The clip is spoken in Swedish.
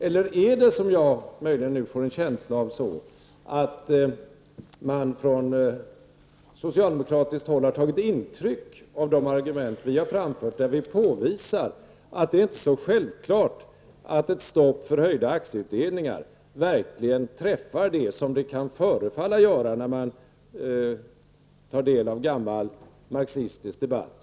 Eller är det möjligen så, som jag får en känsla av, att man från socialdemokratiskt håll har tagit intryck av de argument vi har framfört? Vi har nämligen påvisat att det inte är så självklart att ett stopp för höjda aktieutdelningar verkligen träffar dem som det kan förefalla träffa, nämligen kapitalägarna, om man tar del av gammal marxistisk debatt.